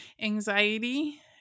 anxiety